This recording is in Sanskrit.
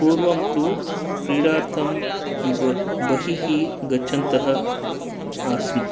पूर्वं तु क्रीडार्थं ब बहिः गच्छन्तः आस्म